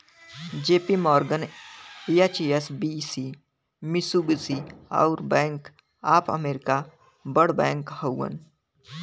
JP Morgan, HSBC, Mitsubishi, अउर Bank of America बड़ bank हउवन